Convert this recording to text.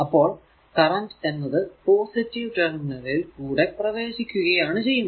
അപ്പോൾ കറന്റ് എന്നത്പോസിറ്റീവ് ടെർമിനലിൽ കൂടെ പ്രവേശിക്കുകയാണ് ചെയ്യുന്നത്